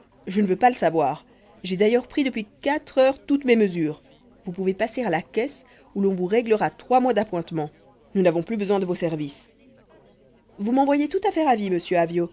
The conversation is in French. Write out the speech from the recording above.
je ne veux pas le savoir j'ai d'ailleurs pris depuis quatre heures toutes mes mesures vous pouvez passer à la caisse où l'on vous réglera trois mois d'appointements nous n'avons plus besoin de vos services vous m'en voyez tout à fait ravi monsieur